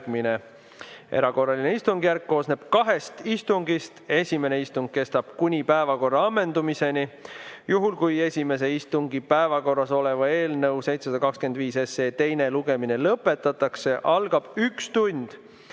Erakorraline istungjärk koosneb kahest istungist. Esimene istung kestab kuni päevakorra ammendumiseni. Juhul, kui esimese istungi päevakorras oleva eelnõu 725 teine lugemine lõpetatakse, algab üks tund